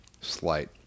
slight